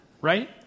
Right